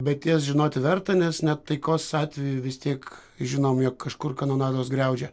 bet jas žinoti verta nes net taikos atveju vis tiek žinom jog kažkur kanonados griaudžia